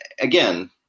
again